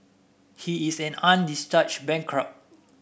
he is an undischarged bankrupt